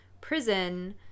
prison